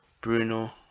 Bruno